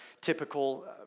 typical